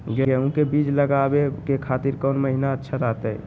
गेहूं के बीज लगावे के खातिर कौन महीना अच्छा रहतय?